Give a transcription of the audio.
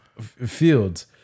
fields